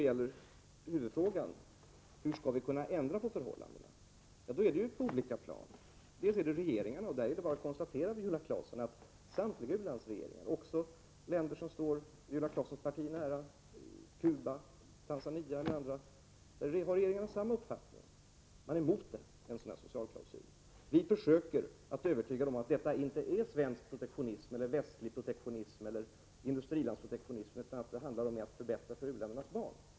Själva huvudfrågan, hur vi skall kunna ändra på förhållandena, behandlas på olika plan. När det gäller regeringarna är det bara att konstatera, Viola Claesson, att samtliga u-landsregeringar, också i länder som står Viola Claessons parti nära — Cuba, Tanzania och andra — har samma uppfattning. Man är emot en sådan här socialklausul. Vi försöker övertyga dem om att detta inte är svensk protektionism, västlig protektionism eller industrilandsprotektionism utan att det handlar om att förbättra för u-ländernas barn.